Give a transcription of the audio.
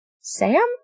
Sam